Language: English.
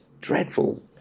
dreadful